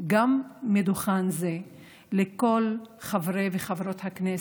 גם מדוכן זה לכל חברי וחברות הכנסת.